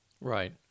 Right